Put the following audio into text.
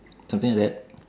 something like that